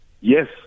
yes